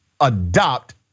adopt